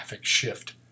shift